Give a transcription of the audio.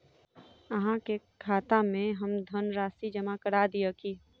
अहाँ के खाता में हम धनराशि जमा करा दिअ की?